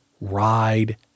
ride